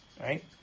Right